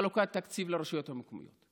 חלוקת תקציב לרשויות המקומיות.